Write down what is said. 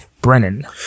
Brennan